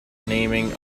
naming